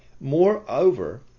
moreover